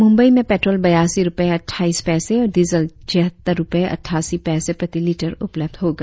मुम्बई में पेट्रोल बयासी रुपये अट्ठाइस पैसे और डीजल छिहत्तर रुपये अटठासी पैसे प्रति लीटर उपलब्ध होगा